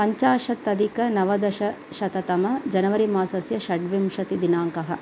पञ्चाशत् अधिक नवदशशततम जनवरी मासस्य षड्विंशतिदिनाङ्कः